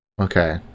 Okay